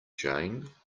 jane